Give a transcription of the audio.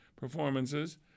performances